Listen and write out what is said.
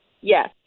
Yes